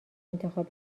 انتخاب